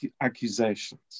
accusations